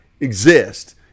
exist